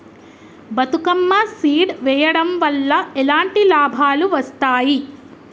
Bathukamma seed వెయ్యడం వల్ల ఎలాంటి లాభాలు వస్తాయి?